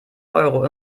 euro